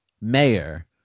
Mayor